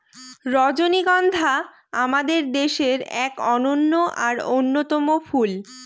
রজনীগন্ধা আমাদের দেশের এক অনন্য আর অন্যতম ফুল